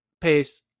pace